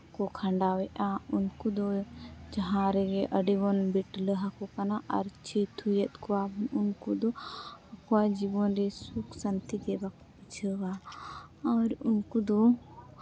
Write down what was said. ᱠᱚ ᱠᱷᱟᱱᱰᱟᱣᱮᱜᱼᱟ ᱩᱱᱠᱩ ᱫᱚ ᱡᱟᱦᱟᱸ ᱨᱮᱜᱮ ᱟᱹᱰᱤ ᱵᱚᱱ ᱵᱤᱴᱞᱟᱹᱦᱟ ᱠᱚ ᱠᱟᱱᱟ ᱟᱨ ᱪᱷᱤ ᱛᱷᱩᱭᱮᱛ ᱠᱚᱣᱟᱵᱚᱱ ᱩᱱᱠᱩ ᱫᱚ ᱟᱠᱚᱣᱟᱜ ᱡᱤᱵᱚᱱ ᱨᱮ ᱥᱩᱠᱷ ᱥᱟᱹᱱᱛᱤ ᱜᱮ ᱵᱟᱠᱚ ᱵᱩᱡᱷᱟᱹᱣᱟ ᱟᱨ ᱩᱱᱠᱩ ᱫᱚ